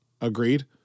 Agreed